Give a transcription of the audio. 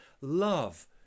love